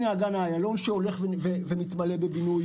הנה, אגן איילון שהולך ומתמלא בבינוי.